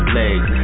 legs